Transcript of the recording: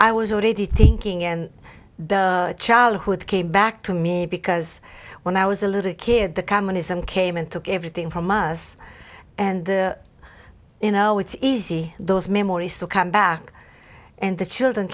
i was already thinking and the childhood came back to me because when i was a little kid the communism came and took everything from us and you know it's easy those memories still come back and the children